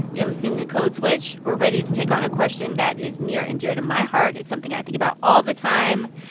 you're listening to code switch. we're ready to take on a question that is near and dear to my heart. it's something i think about all the time.